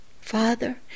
Father